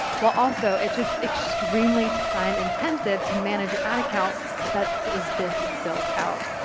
while also it's just extremely time-intensive to manage an ad account that is this built out.